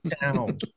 down